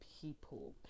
people